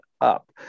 up